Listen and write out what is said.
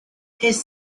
his